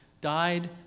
died